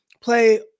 play